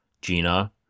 Gina